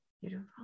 Beautiful